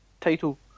title